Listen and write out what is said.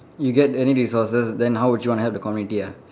you get any resources then how would you want to help the community ah